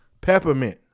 peppermint